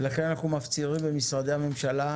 ולכן אנחנו מפצירים במשרדי הממשלה,